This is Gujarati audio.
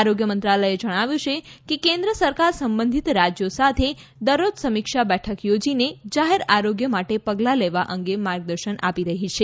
આરોગ્ય મંત્રાલયે જણાવ્યું છે કે કેન્દ્ર સરકાર સંબંધિત રાજ્યો સાથે દરરોજ સમીક્ષા બેઠક યોજીને જાહેર આરોગ્ય માટે પગલાં લેવા અંગે માર્ગદર્શન આપી રહી છે